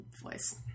voice